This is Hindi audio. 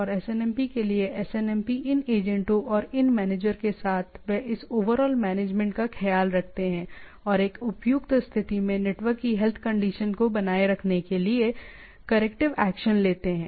और SNMP के लिए SNMP इन एजेंटों और इन मैनेजर के साथ वे इस ओवरऑल मैनेजमेंट का ख्याल रखते हैं और एक उपयुक्त स्थिति में नेटवर्क की हेल्थ कंडीशन को बनाए रखने के लिए करेक्टिव एक्शन लेते हैं